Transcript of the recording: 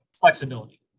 flexibility